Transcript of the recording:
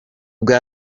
bwa